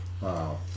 Wow